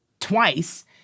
twice